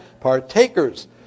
Partakers